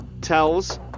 tells